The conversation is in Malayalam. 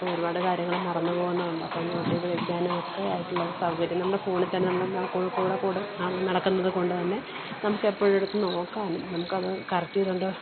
അപ്പോള് ഒരുപാട് കാര്യങ്ങള് മറന്നുപോകുന്നോണ്ട് അപ്പോഴത് നോട്ടേയ്തു വയ്ക്കാനും ഒക്കെ ആയിട്ടുള്ളൊരു സൗകര്യം നമ്മടെ ഫോണില്ത്തന്നെ നമ്മള് കൂടെ കൂടെ കൊണ്ടുനടക്കുന്നത് കൊണ്ടുതന്നെ നമുക്കെപ്പോഴും എടുത്ത് നോക്കാനും നമുക്കത് കറക്റ്റെയ്തുകൊണ്ട്